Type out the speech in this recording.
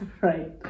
Right